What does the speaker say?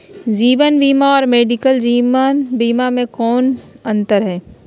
जीवन बीमा और मेडिकल जीवन बीमा में की अंतर है?